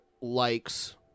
likes